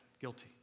guilty